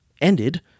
ended